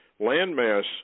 landmass